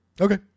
Okay